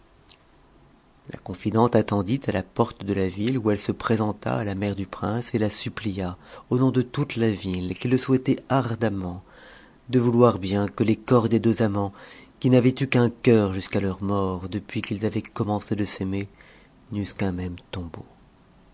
la confidente attendit à la porte de a ville où chc se présenta n ta mère du prince et la suppna au nom de toute la ville qui te souhaitai ardemment de vouloir bien que les corps des deux amants qm n'avaient eu qu'un cœur jusqu'à tcur mort depuis qu'ils avaient commencé s'aimer n'eussent qu'un même tombeau